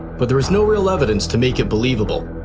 but there's no real evidence to make it believable.